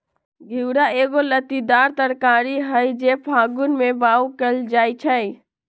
घिउरा एगो लत्तीदार तरकारी हई जे फागुन में बाओ कएल जाइ छइ